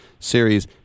Series